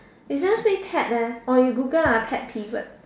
it just say pet peeve you just Google eh pet pivot